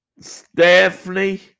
Stephanie